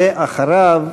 ואחריו,